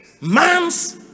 man's